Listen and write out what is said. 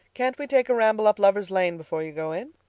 can't we take a ramble up lovers' lane before you go in?